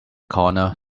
corner